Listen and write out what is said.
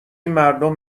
مردم